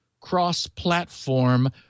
cross-platform